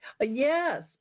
Yes